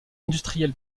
industriel